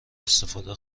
استفاده